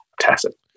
tacit